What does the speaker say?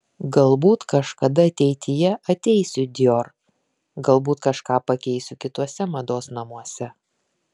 galbūt kažkada ateityje ateisiu į dior galbūt kažką pakeisiu kituose mados namuose